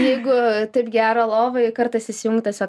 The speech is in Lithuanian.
jeigu taip gera lovoj kartais įsijungt tiesiog